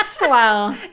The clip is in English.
wow